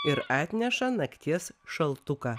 ir atneša nakties šaltuką